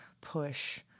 push